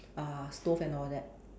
uh stove and all that